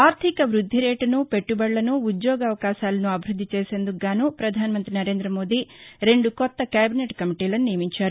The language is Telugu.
ఆర్లిక వ్బద్ది రేటును పెట్టుబడులను ఉద్యోగ అవకాశాలను అభివ్బద్ది చేసేందుకుగానూ ప్రధాన మంతి నరేంద్ర మోదీ రెండు కొత్త కేబినెట్ కమిటీలను నియమించారు